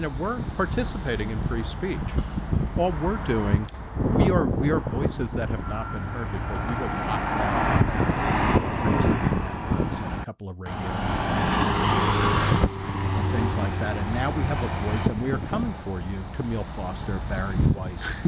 we're participating in free speech all we're doing we are we are voices that have not been heard before we were locked out in the bad old days of three tv networks and a couple of radio, you know national radio stations and things like that and now we have a voice and we are coming for you camille foster barry weiss